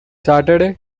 saturday